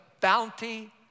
bounty